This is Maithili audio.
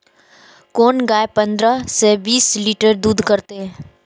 कोन गाय पंद्रह से बीस लीटर दूध करते?